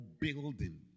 building